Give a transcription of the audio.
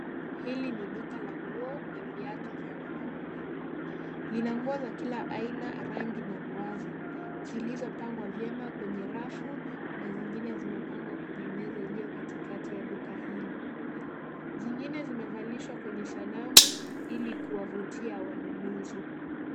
Hili ni duka la nguo na viatu vya wanaume. Lina nguo za kila aina, rangi na ruwaza zilizopangwa vyema kwenye rafu. Kuna zingine zimepangwa kwenye meza iliyo katikati ya duka hili. Zingine zimevalishwa kwenye sanamu ili kuwavutia wanunuzi.